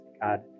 God